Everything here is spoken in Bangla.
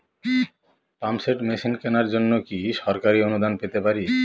পাম্প সেট মেশিন কেনার জন্য কি সরকারি অনুদান পেতে পারি?